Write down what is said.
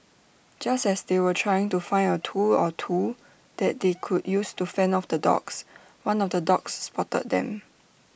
just as they were trying to find A tool or two that they could use to fend off the dogs one of the dogs spotted them